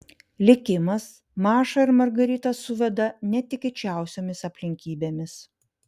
likimas mašą ir margaritą suveda netikėčiausiomis aplinkybėmis